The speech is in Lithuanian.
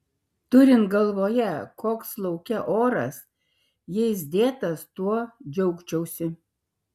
turint galvoje koks lauke oras jais dėtas tuo džiaugčiausi